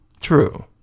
true